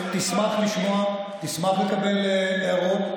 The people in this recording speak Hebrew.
הרב ישראל אלנקווה,